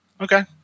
Okay